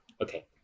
Okay